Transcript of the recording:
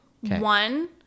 One